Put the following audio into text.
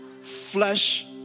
Flesh